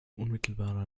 unmittelbarer